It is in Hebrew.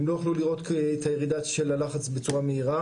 הם לא יוכלו לראות את הירידה של הלחץ בצורה מהירה,